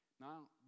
Now